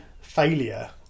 failure